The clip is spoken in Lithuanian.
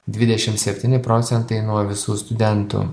dvidešim septyni procentai nuo visų studentų